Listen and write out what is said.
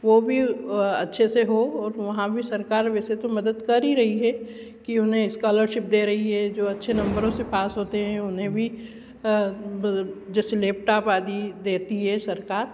वह भी अच्छे से हो और वहाँ भी सरकार वैसे तो मदद कर ही रही है कि उन्हें स्कॉलरशिप दे रही है जो अच्छे नम्बरों से पास होते हैं उन्हें भी जैसे लैपटॉप आदि देती है सरकार